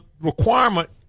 requirement